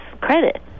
credit